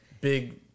Big